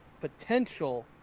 potential